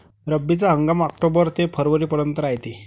रब्बीचा हंगाम आक्टोबर ते फरवरीपर्यंत रायते